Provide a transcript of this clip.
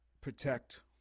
protect